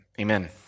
Amen